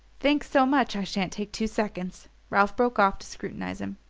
thanks so much i shan't take two seconds. ralph broke off to scrutinize him.